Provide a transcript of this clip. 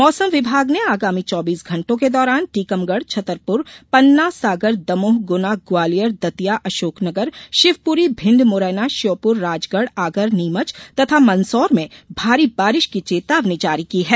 मौसम विभाग ने आगामी चौबीस घंटों के दौरान टीकमगढ छतरपुर पन्ना सागर दमोह गुना ग्वालियर दतिया अशोकनगर शिवपूरी भिंड मुरैना श्योपूर राजगढ आगर नीमच तथा मंदसौर में भारी बारिश की चेतावनी जारी की है